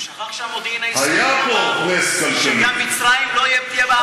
הוא שכח שהמודיעין הישראלי אמר שגם מצרים לא תהיה,